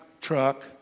truck